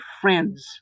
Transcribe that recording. friends